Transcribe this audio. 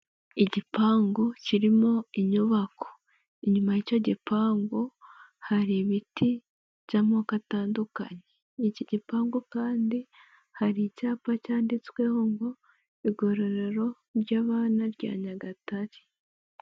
Igipangu kirimo inyubako, inyuma y'icyo gipangu hari ibiti by'amoko atandukanye, iki gipangu kandi hari icyapa cyanditsweho ngo'' igororero ry'abana rya Nyagatare''.